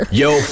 yo